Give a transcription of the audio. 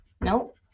Nope